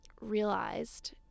realized